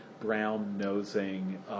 brown-nosing